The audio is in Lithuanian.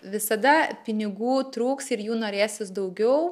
visada pinigų trūks ir jų norėsis daugiau